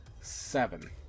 seven